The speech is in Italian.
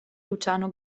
luciano